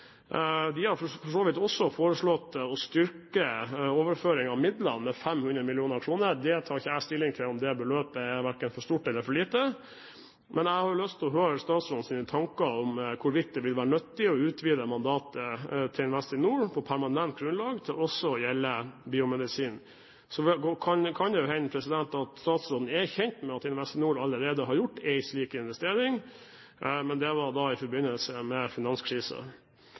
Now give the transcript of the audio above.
De har for så vidt også foreslått å styrke overføring av midler med 500 mill. kr. Jeg tar ikke stilling til om det beløpet er for stort eller for lite, men jeg har lyst til å høre statsrådens tanker om hvorvidt det vil være nyttig å utvide mandatet til Investinor – på permanent grunnlag – til også å gjelde biomedisin. Det kan hende statsråden er kjent med at Investinor allerede har gjort en slik investering, men det var i forbindelse med